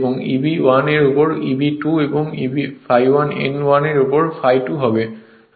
এবং Eb 1 এর উপর Eb 2 এবং ∅1 n 1 এর উপর ∅ 2 হবে